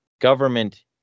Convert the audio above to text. government